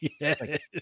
Yes